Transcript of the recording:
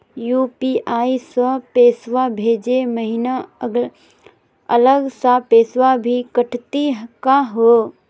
UPI स पैसवा भेजै महिना अलग स पैसवा भी कटतही का हो?